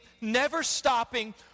never-stopping